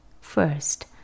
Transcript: First